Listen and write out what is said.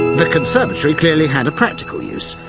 the conservatory clearly had a practical use,